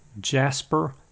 Jasper